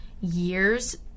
years